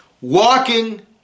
walking